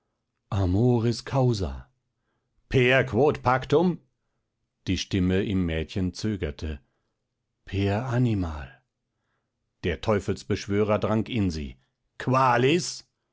amoris causa per quod pactum die stimme im mädchen zögerte per animal der teufelsbeschwörer drang in sie qualis